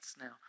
now